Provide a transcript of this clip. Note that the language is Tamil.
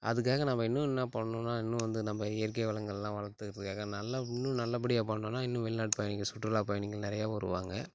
அதுக்காக நம்ம இன்னும் என்ன பண்ணும்னா இன்னும் வந்து நம்ம இயற்கை வளங்கள்லாம் வளர்த்துக்கிட்ருக்காங்க நல்லா இன்னும் நல்லபடியாக பண்ணோம்னா இன்னும் வெளிநாட்டு பயணிகள் சுற்றுலா பயணிகள் நிறையா வருவாங்கள்